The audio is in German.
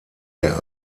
der